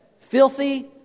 Filthy